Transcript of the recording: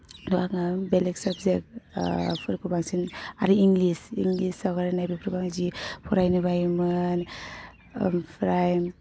थह आङो बेलेग साबजेक्ट फोरखौ बांसिन आरो इंलिस इंलिसाव रायलायनाय बेफोरखौ आं जि फरायनो बायोमोन ओमफ्राय